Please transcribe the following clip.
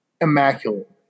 immaculate